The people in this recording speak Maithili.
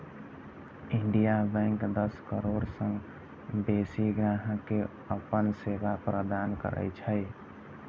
इंडियन बैंक दस करोड़ सं बेसी ग्राहक कें अपन सेवा प्रदान करै छै